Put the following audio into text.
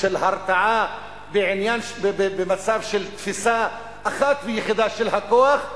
של הרתעה במצב של תפיסה אחת ויחידה של הכוח,